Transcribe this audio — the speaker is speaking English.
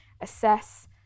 assess